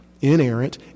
inerrant